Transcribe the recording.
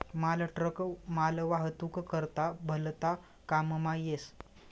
मालट्रक मालवाहतूक करता भलता काममा येस